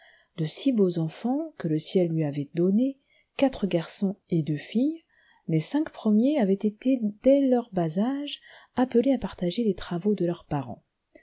de six beaux enfants que le ciel lui avait donnés quatre garçons et deux filles les cinq premiers avaient été dès leur bas âge appelés à partager les travaux de leurs parents